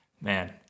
man